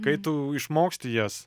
kai tu išmoksti jas